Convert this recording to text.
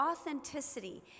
authenticity